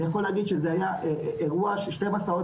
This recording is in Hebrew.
ואני יכול להגיד שזה היה אירוע של שתי מסעות